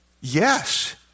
yes